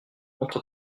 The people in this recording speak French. montre